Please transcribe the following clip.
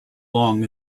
long